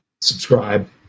subscribe